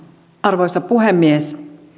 arvoisa puhemies